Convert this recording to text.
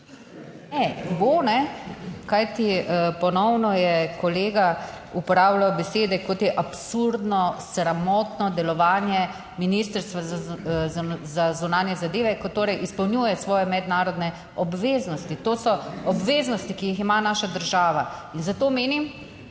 Bo, kajti ponovno je kolega uporabljal besede kot je absurdno, sramotno delovanje Ministrstva za zunanje zadeve, ko torej izpolnjuje svoje mednarodne obveznosti. to so obveznosti, ki jih ima naša država in zato menim,